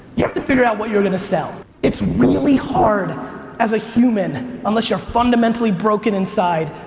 you have to figure out what you're gonna sell. it's really hard as a human unless you're fundamentally broken inside,